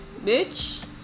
bitch